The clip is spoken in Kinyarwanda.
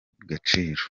gaciro